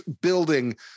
building